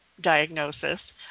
diagnosis